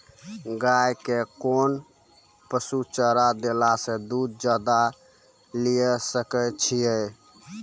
गाय के कोंन पसुचारा देला से दूध ज्यादा लिये सकय छियै?